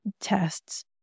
tests